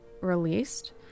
released